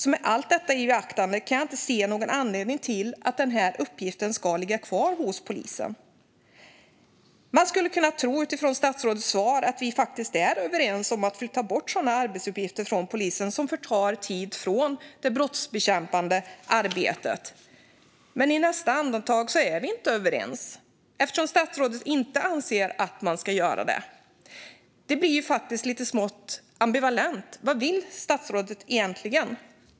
Med allt detta i beaktande kan jag inte se någon anledning till att denna uppgift ska ligga kvar hos polisen. Man skulle mot bakgrund av statsrådets svar kunna tro att vi faktiskt är överens om att ta bort sådana arbetsuppgifter från polisen som tar tid från det brottsbekämpande arbetet. Men i nästa andetag framgår det att vi inte är överens eftersom statsrådet inte anser att man ska göra det. Detta blir lite ambivalent - vad vill statsrådet egentligen?